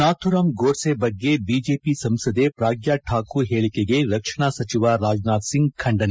ನಾಥೂರಾಂ ಗೋಡ್ಸೆ ಬಗ್ಗೆ ಬಿಜೆಪಿ ಸಂಸದೆ ಪ್ರಾಗ್ಯ ಠಾಕೂರ್ ಹೇಳಿಕೆಗೆ ರಕ್ಷಣಾ ಸಚಿವ ರಾಜನಾಥ್ ಸಿಂಗ್ ಖಂಡನೆ